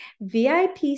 VIP